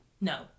No